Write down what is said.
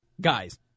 Guys